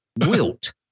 Wilt